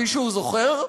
מישהו זוכר?